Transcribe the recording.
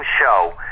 show